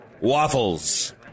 Waffles